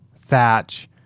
thatch